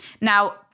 Now